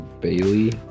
Bailey